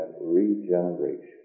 regeneration